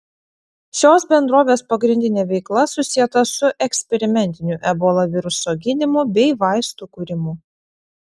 šios bendrovės pagrindinė veikla susieta su eksperimentiniu ebola viruso gydymu bei vaistų kūrimu